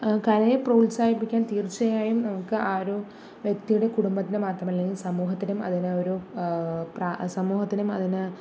കലയെ പ്രോത്സാഹിപ്പിക്കാൻ തീർച്ചയായും നമുക്ക് ആ ഒരു വ്യക്തിയുടെ കുടുംബത്തിന് മാത്രമല്ല ഈ സമൂഹത്തിനും അതിന് ഒരു സമൂഹത്തിനും അതിന്